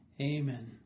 amen